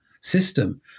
system